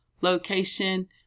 location